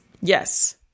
yes